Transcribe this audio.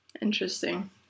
interesting